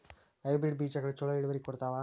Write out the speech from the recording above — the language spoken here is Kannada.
ಹೈಬ್ರಿಡ್ ಬೇಜಗೊಳು ಛಲೋ ಇಳುವರಿ ಕೊಡ್ತಾವ?